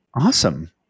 Awesome